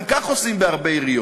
גם כך עושים בהרבה עיריות,